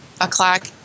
o'clock